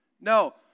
No